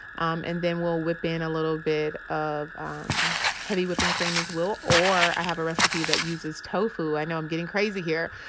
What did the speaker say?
um and then we'll whip in a little bit of um heavy whipping cream as well, or i have a recipe that uses tofu. i know i'm getting crazy here,